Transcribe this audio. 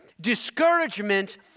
Discouragement